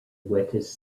wettest